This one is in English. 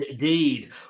Indeed